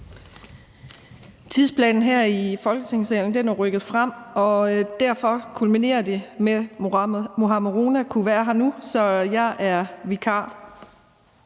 Tidsplanen her i Folketingssalen er rykket frem, og derfor kolliderer det med, at hr.